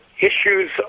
issues